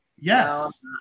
Yes